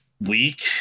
week